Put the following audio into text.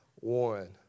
one